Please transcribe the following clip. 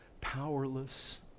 powerless